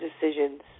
decisions